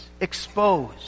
exposed